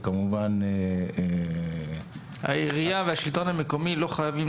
וכמובן --- האם העירייה והשלטון מקומי לא חייבים